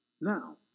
Now